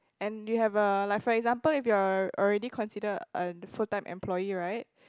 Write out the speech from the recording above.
and you have err like for example if you're a already considered a full time employee right